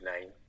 name